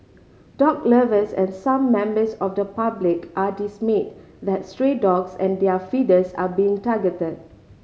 dog lovers and some members of the public are dismayed that stray dogs and their feeders are being targeted